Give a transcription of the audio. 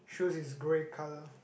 shoes is grey colour